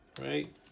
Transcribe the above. right